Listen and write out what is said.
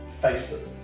Facebook